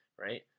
right